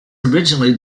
originally